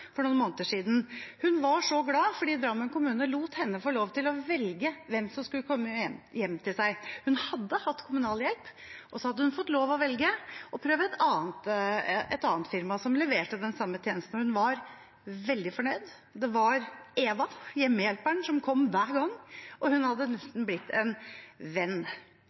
for noen måneder siden. Hun var så glad for at Drammen kommune lot henne få lov til å velge hvem som skulle komme hjem til henne. Hun hadde hatt kommunal hjelp. Så hadde hun fått lov til å velge og hadde prøvd et annet firma som leverte den samme tjenesten. Hun var veldig fornøyd. Det var Eva, hjemmehjelpen, som kom hver gang, og hun hadde nesten blitt en venn.